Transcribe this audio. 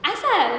asal